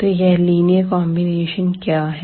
तो यह linear combination क्या है